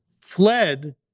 fled